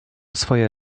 swoje